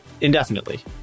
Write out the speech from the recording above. indefinitely